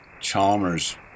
Chalmers